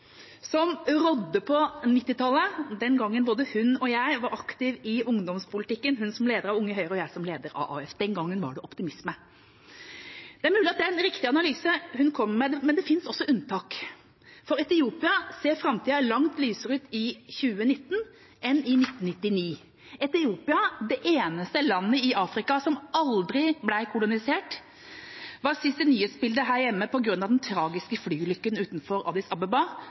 som rådde på 1990-tallet, den gangen både hun og jeg var aktive i ungdomspolitikken, hun som leder av Unge Høyre og jeg som leder av AUF. Den gangen var det optimisme. Det er mulig det er en riktig analyse hun kommer med, men det finnes også unntak. For Etiopia ser framtida langt lysere ut i 2019 enn i 1999. Etiopia, det eneste landet i Afrika som aldri ble kolonisert, var sist i nyhetsbildet her hjemme på grunn av den tragiske flyulykken utenfor Addis Abeba